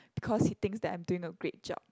because he thinks that I'm doing a great job